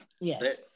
Yes